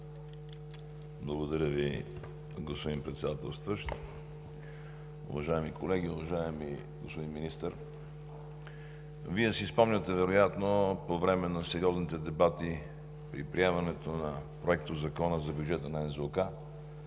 Благодаря Ви, господин Председателстващ. Уважаеми колеги! Уважаеми господин Министър, Вие си спомняте вероятно по време на сериозните дебати при приемането на Проектозакона за бюджета на НЗОК,